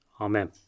Amen